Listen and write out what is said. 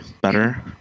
better